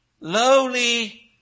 lowly